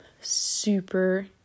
super